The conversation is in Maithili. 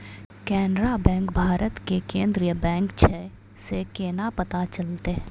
केनरा बैंक भारत के केन्द्रीय बैंक छै से केना पता चलतै?